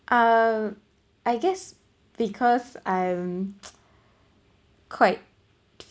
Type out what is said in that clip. um I guess because I'm quite